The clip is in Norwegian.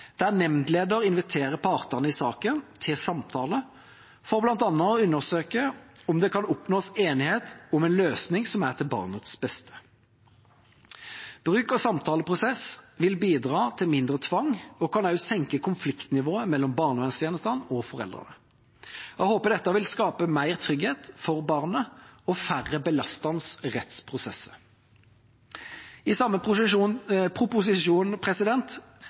der nemndlederen inviterer partene i saken til samtaler for bl.a. å undersøke om det kan oppnås enighet om en løsning som er til barnets beste. Bruk av samtaleprosess vil bidra til mindre tvang og kan også senke konfliktnivået mellom barnevernstjenesten og foreldrene. Jeg håper dette vil skape større trygghet for barnet og færre belastende rettsprosesser. I samme proposisjon